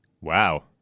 Wow